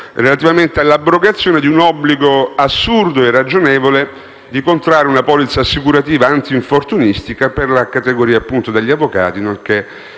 il risultato, l'abrogazione dell'obbligo assurdo e irragionevole di contrarre una polizza assicurativa antinfortunistica per la categoria degli avvocati, nonché